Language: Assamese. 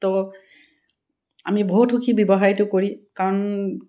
তো আমি বহুত সুখী ব্যৱসায়টো কৰি কাৰণ